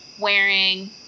wearing